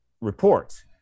reports